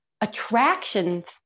attractions